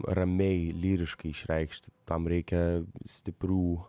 ramiai lyriškai išreikšt tam reikia stiprių